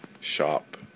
shop